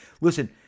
Listen